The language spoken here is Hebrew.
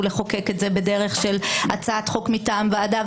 לחוקק את זה בדרך של הצעת חוק מטעם ועדה,